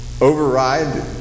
override